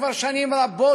כבר שנים רבות,